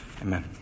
Amen